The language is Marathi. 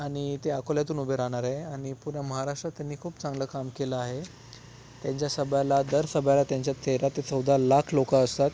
आणि ते अकोल्यातून उभे राहणार आहे आणि पूर्ण महाराष्ट्रात त्यांनी खूप चांगलं काम केलं आहे त्यांच्या सभेला दर सभेला त्यांच्या तेरा ते चौदा लाख लोकं असतात